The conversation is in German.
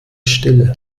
stille